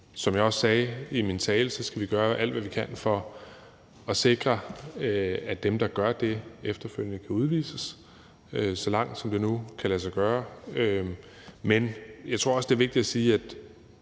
som jeg også sagde i min tale, skal vi gøre alt, hvad vi kan, for at sikre, at dem, der gør det, efterfølgende kan udvises, så langt som det nu kan lade sig gøre. Men jeg tror også, det er vigtigt at sige, at